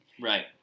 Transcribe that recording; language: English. Right